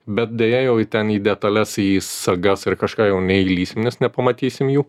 bet deja jau į ten į detales į sagas ar kažką jau neįlįsim nes nepamatysim jų